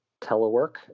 telework